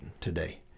today